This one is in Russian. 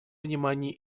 внимание